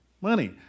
Money